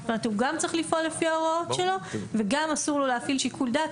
הוא גם צריך לפעול לפי ההוראות שלו וגם אסור לו להפעיל שיקול דעת,